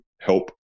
help